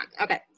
Okay